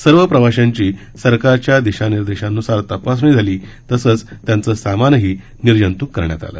सर्व प्रवाशांची सरकारच्या दिशानिर्देशांन्सार त ासणी झाली तसंच त्यांचं सामानही निर्जत्क करण्यात आलं